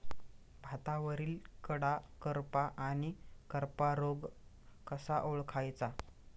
भातावरील कडा करपा आणि करपा रोग कसा ओळखायचा?